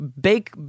bake